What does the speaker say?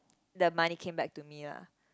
the money came back to me lah